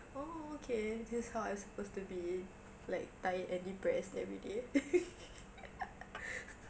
oh okay this is how I'm supposed to be like tired and depressed everyday